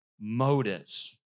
motives